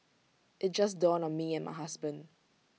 IT just dawned on me and my husband